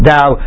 Now